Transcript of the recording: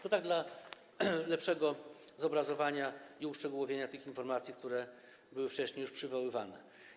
To tak dla lepszego zobrazowania i uszczegółowienia tych informacji, które były już wcześniej przywoływane.